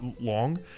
long